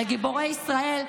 לגיבורי ישראל,